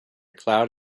cloud